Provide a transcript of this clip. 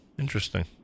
Interesting